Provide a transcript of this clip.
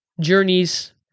journeys